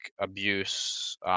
abuse –